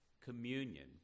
communion